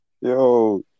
Yo